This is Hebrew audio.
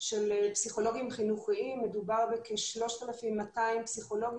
גם הילדים שחולים, אתם נותנים להם מעטפת טיפולית?